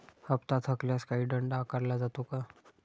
हप्ता थकल्यास काही दंड आकारला जातो का?